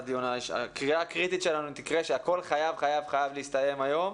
הקריאה הקריטית שלנו תהיה שהכול חייב להסתיים היום.